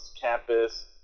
campus